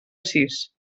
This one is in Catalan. sis